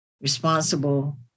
responsible